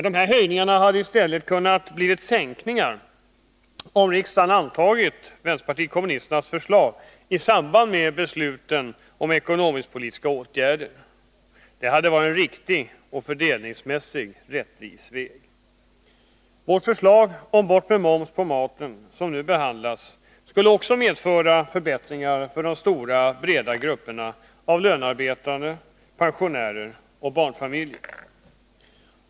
Dessa höjningar hade i stället kunnat bli sänkningar, om riksdagen hade antagit vänsterpartiet kommunisternas förslag i samband med besluten om ekonomisk-politiska åtgärder. Det hade varit en riktig och fördelningsmässigt rättvis väg. Vårt förslag om ett borttagande av momsen på mat som nu behandlas skulle också medföra förbättringar för den stora breda gruppen av lönearbetande, pensionärer och barnfamiljer.